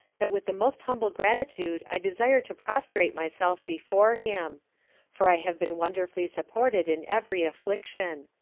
that with the most humble gratitude i desire to prostrate myself before him for i have been wonderfully supported in every affliction.